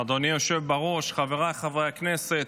אדוני היושב בראש, חבריי חברי הכנסת,